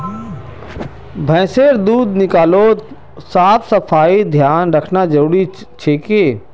भैंसेर दूध निकलाते साफ सफाईर ध्यान रखना जरूरी छिके